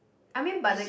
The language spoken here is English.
I mean but the